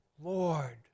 Lord